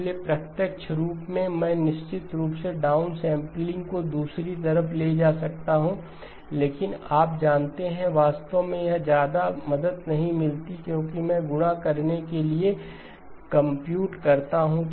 इसलिए प्रत्यक्ष रूप में मैं निश्चित रूप से डाउन सैंपलिंग को दूसरी तरफ ले जा सकता हूं लेकिन आप जानते हैं कि वास्तव में ज्यादा मदद नहीं मिलती है क्योंकि मैं गुणा करने के लिए कम्प्यूट करता हूं